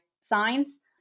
signs